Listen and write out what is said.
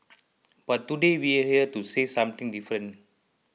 but today we're here to say something different